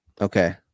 Okay